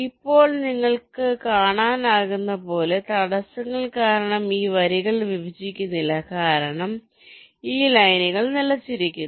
ഇപ്പോൾ നിങ്ങൾക്ക് കാണാനാകുന്നതുപോലെ തടസ്സങ്ങൾ കാരണം ഈ വരികൾ വിഭജിക്കുന്നില്ല കാരണം ഈ ലൈനുകൾ നിലച്ചിരിക്കുന്നു